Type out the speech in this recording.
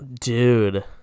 Dude